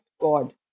God